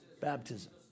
Baptism